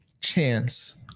chance